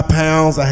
pounds